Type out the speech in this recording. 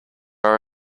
are